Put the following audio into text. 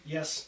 Yes